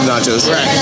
nachos